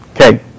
Okay